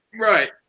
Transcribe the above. Right